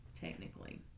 technically